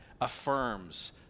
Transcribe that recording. affirms